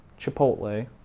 Chipotle